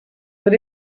but